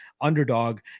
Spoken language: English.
underdog